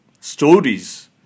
stories